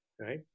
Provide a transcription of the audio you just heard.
right